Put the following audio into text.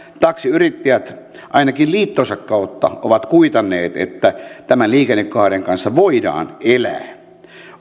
taksiyrittäjät ainakin liittonsa kautta ovat kuitanneet että tämän liikennekaaren kanssa voidaan elää